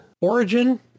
Origin